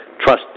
trust